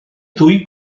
ddwy